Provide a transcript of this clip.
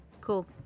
Cool